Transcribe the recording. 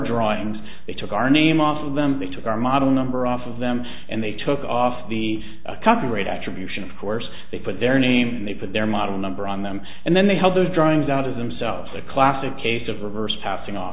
drawings they took our name off of them they took our model number off of them and they took off the cuff a great actor musician of course they put their named they put their model number on them and then they held those drawings out of themselves a classic case of reverse passing off